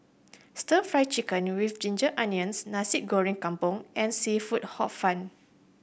Stir Fry Chicken with ginger onions Nasi Goreng Kampung and seafood Hor Fun